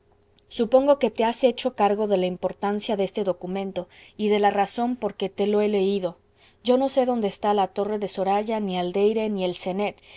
supongo que te has hecho cargo de la importancia de este documento y de la razón por qué te lo he leído yo no sé dónde está la torre de zoraya ni aldeire ni el cenet